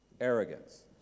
arrogance